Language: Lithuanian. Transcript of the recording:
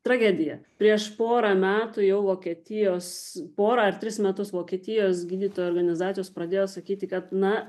tragedija prieš porą metų jau vokietijos porą ar tris metus vokietijos gydytojų organizacijos pradėjo sakyti kad na